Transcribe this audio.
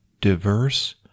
diverse